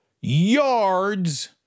yards